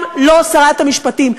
גם לא שרת המשפטים.